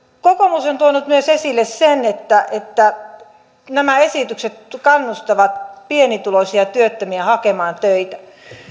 kokoomus on tuonut myös esille sen että että nämä esitykset kannustavat pienituloisia työttömiä hakemaan töitä